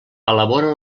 elabora